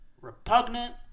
repugnant